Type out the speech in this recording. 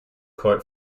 quite